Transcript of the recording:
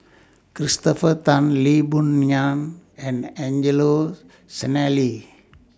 Christopher Tan Lee Boon Ngan and Angelo Sanelli